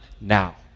now